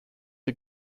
die